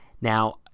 Now